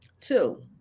two